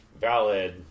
valid